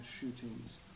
shootings